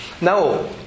Now